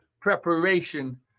preparation